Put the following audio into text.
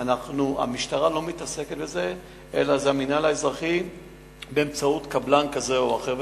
המשטרה לא מתעסקת בזה אלא המינהל האזרחי באמצעות קבלן כזה או אחר,